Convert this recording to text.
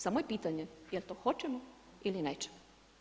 Samo je pitanje jel to hoćemo ili nećemo.